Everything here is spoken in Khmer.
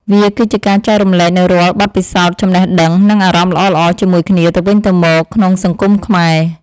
វាគឺជាការចែករំលែកនូវរាល់បទពិសោធន៍ចំណេះដឹង និង អារម្មណ៍ល្អៗជាមួយគ្នាទៅវិញទៅមកក្នុងសង្គមខ្មែរ។